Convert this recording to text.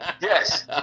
yes